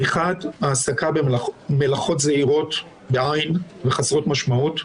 מחד, העסקה במלאכות זעירות וחסרות משמעות,